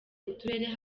uturere